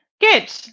Good